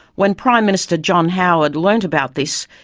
when prime minister john howard learned about this,